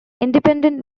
independent